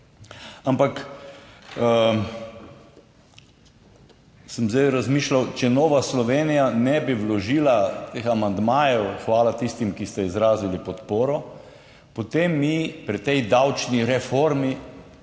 Ampak, sem zdaj razmišljal, če Nova Slovenija ne bi vložila teh amandmajev, hvala tistim, ki ste izrazili podporo, potem mi pri tej davčni reformi,